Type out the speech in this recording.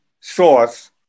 source